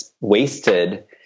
wasted